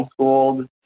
homeschooled